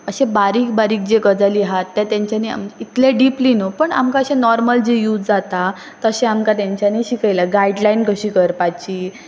अशें बारीक बारीक जे गजाली आसात ते तांच्यांनी इतलें डीपली न्हू पूण आमकां अशें नॉर्मल जे यूज जाता तशें आमकां तेंच्यांनी शिकयलां गायडलायन कशी करपाची